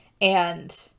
And-